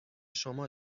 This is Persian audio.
شما